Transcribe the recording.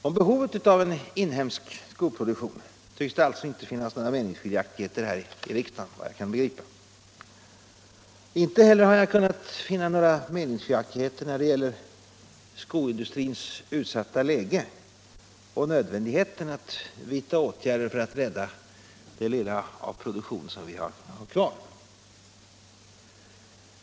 Om behovet av en inhemsk skoproduktion tycks det alltså inte råda några meningsskiljaktigheter här i riksdagen, vad jag kan begripa. Inte heller har jag kunnat finna några meningsskiljaktigheter när det gäller skoindustrins utsatta läge och nödvändigheten att vidta åtgärder för att rädda den lilla produktion som vi har kvar.